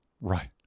Right